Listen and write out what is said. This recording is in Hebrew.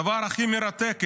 זה דבר הכי מרתק.